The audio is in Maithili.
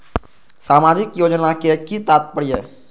सामाजिक योजना के कि तात्पर्य?